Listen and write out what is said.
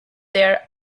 there